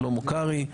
שלמה קרעי,